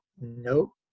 no